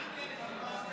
היה.